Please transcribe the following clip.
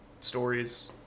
stories